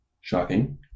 Shocking